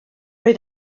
oedd